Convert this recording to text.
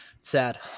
Sad